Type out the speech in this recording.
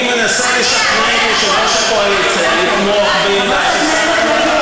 אני מנסה לשכנע את יושב-ראש הקואליציה לתמוך בעמדה של שר הרווחה,